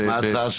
ומה ההצעה שלך?